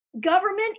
Government